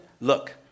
look